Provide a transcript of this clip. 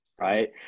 right